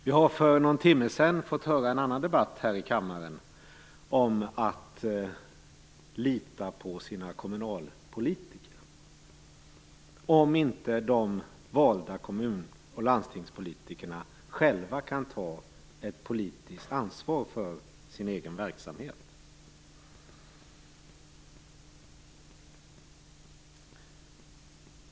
Vi fick för någon timme sedan höra en debatt här i kammaren om att lita på sina kommunalpolitiker och om de valda kommun och landstingspolitikerna inte själva kan ta ett politiskt ansvar för sin egen verksamhet.